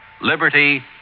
Liberty